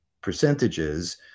percentages